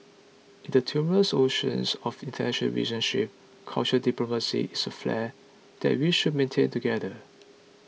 in the tumultuous oceans of international relationship cultural diplomacy is a flare that we should maintain together